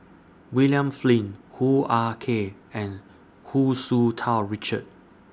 William Flint Hoo Ah Kay and Hu Tsu Tau Richard